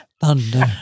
Thunder